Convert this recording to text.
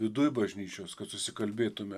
viduj bažnyčios kad susikalbėtume